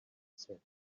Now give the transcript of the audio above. said